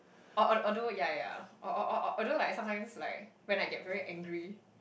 Or although yeah yeah or or or or although like sometimes like when I get very angry